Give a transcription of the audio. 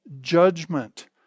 judgment